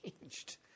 changed